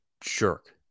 jerk